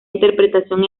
interpretación